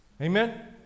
Amen